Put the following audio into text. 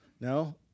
No